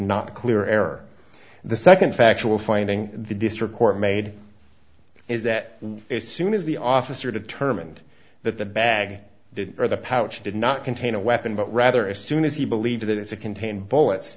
not clear error the nd factual finding the district court made is that soon as the officer determined that the bag did or the pouch did not contain a weapon but rather as soon as he believed that it's a contained bullets